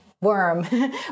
worm